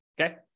okay